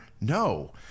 no